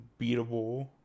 beatable